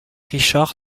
richard